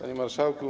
Panie Marszałku!